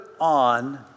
on